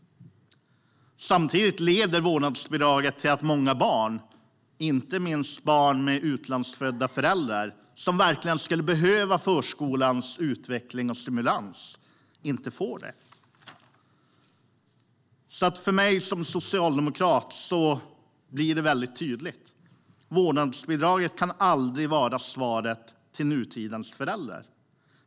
Samtidigt leder vårdnadsbidraget till att många barn - inte minst barn med utlandsfödda föräldrar - som verkligen skulle behöva förskolans utveckling och stimulans, inte får det. För mig som socialdemokrat blir det väldigt tydligt. Vårdnadsbidraget kan aldrig vara svaret till nutidens föräldrar.